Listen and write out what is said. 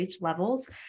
levels